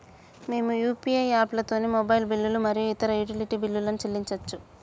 మేము యూ.పీ.ఐ యాప్లతోని మొబైల్ బిల్లులు మరియు ఇతర యుటిలిటీ బిల్లులను చెల్లించచ్చు